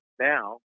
now